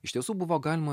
iš tiesų buvo galima